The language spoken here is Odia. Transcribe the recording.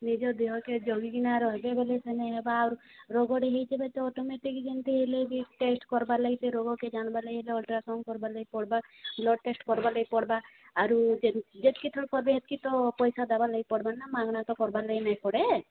ନିଜ ଦେହକେ ଜଗିକିନା ରହିବେ ବଲେ ସେ ନାଇଁ ହେବା ଆଉ ରୋଗଟେ ହେଇଯିବ ତ ଅଟୋମେଟିକ୍ ଯେମିତି ହେଲେ ବି ଟେଷ୍ଟ କରବାର୍ ଲାଗି ସେ ରୋଗେ ଜାଣବାର୍ ଲାଗି ହେଲେ ଅଲଟ୍ରାସାଉଣ୍ଡ କରବାର୍ ଲାଗି ପଡ଼ବା ବ୍ଲଡ଼୍ ଟେଷ୍ଟ୍ କରବାର୍ ଲାଗି ପଡ଼ବା ଆରୁ ଯେତ୍କିଥର କରିବ ହେତ୍କି ତ ପଇସା ଦେବାର୍ ଲାଗି ପଡ଼ବା ନା ମାଗନା ତ କରବାର୍ ଲାଗି ନାଇଁ ପଡ଼େ